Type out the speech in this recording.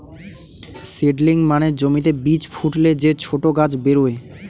seedling মানে জমিতে বীজ ফুটলে যে ছোট গাছ বেরোয়